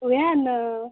उहए ने